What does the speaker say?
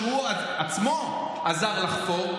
שהוא עצמו עזר לחפור,